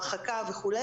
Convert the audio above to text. הרחקה וכו'.